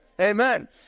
Amen